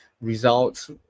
results